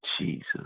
jesus